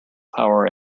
power